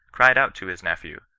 cried out to his nephew,